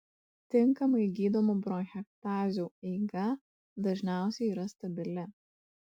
tinkamai gydomų bronchektazių eiga dažniausiai yra stabili